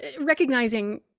Recognizing